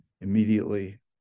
immediately